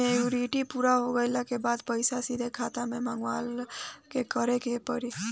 Maturity पूरा हो गइला के बाद पईसा सीधे खाता में मँगवाए ला का करे के पड़ी?